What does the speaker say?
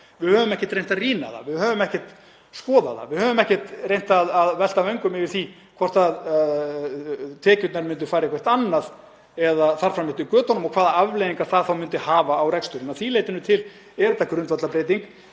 Við höfum ekkert reynt að rýna það. Við höfum ekkert skoðað það. Við höfum ekkert reynt að velta vöngum yfir því hvort tekjurnar myndu fara eitthvað annað, eða þar fram eftir götunum, og hvaða afleiðingar það myndi hafa á reksturinn. Að því leytinu til er þetta grundvallarbreyting.